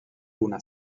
una